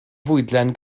fwydlen